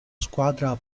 squadra